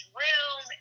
room